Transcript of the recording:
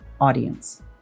audience